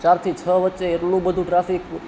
ચારથી છ વચ્ચે એટલું બધું ટ્રાફિક